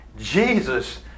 Jesus